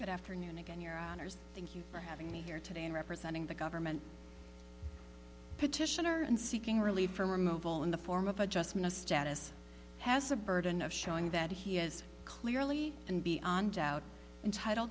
good afternoon again your honour's thank you for having me here today and representing the government petitioner in seeking relief from removal in the form of adjustment of status has a burden of showing that he is clearly and beyond doubt entitle